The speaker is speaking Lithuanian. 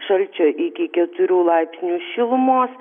šalčio iki keturių laipsnių šilumos